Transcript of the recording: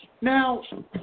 Now